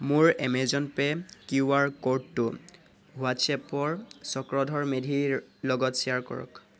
মোৰ Amazon pay QR ক'ডটো হোৱাট্ছএপৰ চক্ৰধৰ মেধিৰ লগত শ্বেয়াৰ কৰক